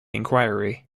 inquiry